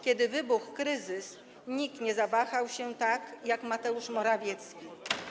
Kiedy wybuchł kryzys, nikt nie zachował się tak jak Mateusz Morawiecki.